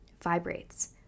vibrates